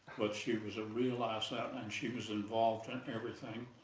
but she was a real asset and and she was involved in everything.